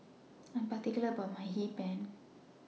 I Am particular about My Hee Pan